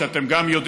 שגם אתם יודעים,